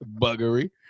buggery